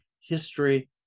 history